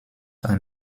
are